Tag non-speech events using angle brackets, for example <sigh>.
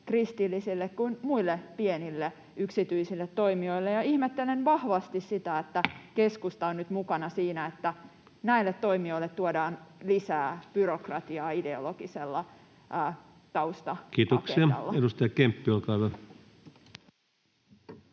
kristillisille kuin muille pienille yksityisille toimijoille. Ihmettelen vahvasti sitä, <noise> että keskusta on nyt mukana siinä, että näille toimijoille tuodaan lisää byrokratiaa ideologisella tausta-agendalla. [Speech 35] Speaker: